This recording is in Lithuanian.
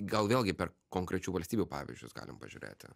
gal vėlgi per konkrečių valstybių pavyzdžius galim pažiūrėti